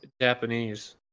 Japanese